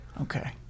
Okay